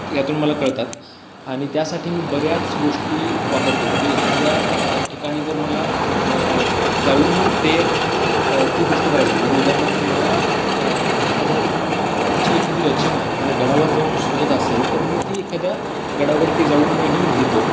त्यातून मला कळतात आणि त्यासाठी मी बऱ्याच गोष्टी वापरतो म्हणजे एखाद्या ठिकाणी जर मला जाऊन ते ती गोष्ट करायची म्हणजे उदाहरणार्थ मला महाराजांची एखादी रचना एखाद्या गडावर जाऊन सुचत असेल तर मी ती एखाद्या गडावरती जाऊनही लिहितो